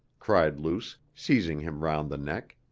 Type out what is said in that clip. cried luce, seizing him round the neck.